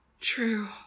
True